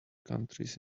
countries